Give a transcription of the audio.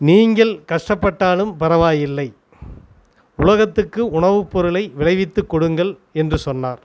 நீங்கள் கஷ்டப்பட்டாலும் பரவாயில்லை உலகத்துக்கு உணவுப்பொருளை விளைவித்துக் கொடுங்கள் என்று சொன்னார்